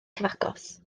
cyfagos